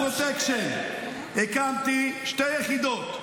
יחידות הפרוטקשן, הקמתי שתי יחידות,